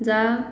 जा